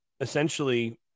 essentially